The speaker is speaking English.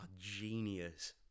genius